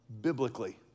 biblically